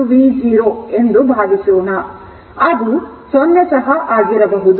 ಆದರೆ ಅದು 0 ಸಹ ಆಗಿರಬಹುದು